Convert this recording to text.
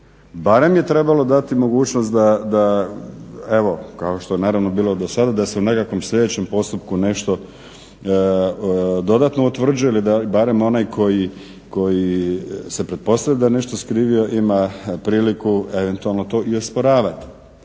Barem je trebalo dati mogućnost da evo kao što je naravno bilo do sada da se u nekakvom sljedećem postupku nešto dodatno utvrđuje ili da barem onaj koji se pretpostavlja da je nešto skrivio ima priliku eventualno to i osporavati.